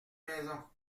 maison